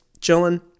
chilling